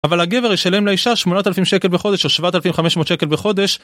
אבל הגבר ישלם לאישה 8,000 שקל בחודש או 7,500 שקל בחודש.